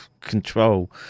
control